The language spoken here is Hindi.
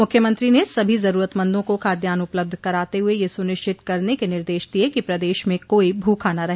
मुख्यमंत्री ने सभी जरूरतमंदों को खाद्यान्न उपलब्ध कराते हुए यह सुनिश्चित करने के निर्देश दिए कि प्रदेश में कोई भूखा न रहे